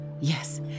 Yes